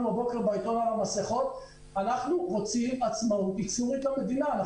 עליו הבוקר בעניין המסכות אנחנו רוצים עצמאות ייצור למדינה.